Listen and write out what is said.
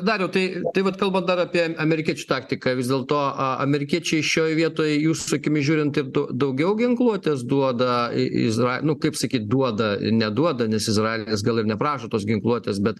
dariau tai tai vat kalbant dar apie amerikiečių taktiką vis dėlto a amerikiečiai šioj vietoj jūsų akimis žiūrint taip du daugiau ginkluotės duoda i izra nu kaip sakyt duoda neduoda nes izraelis gal ir neprašo tos ginkluotės bet